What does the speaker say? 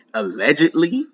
allegedly